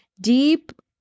deep